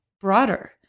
broader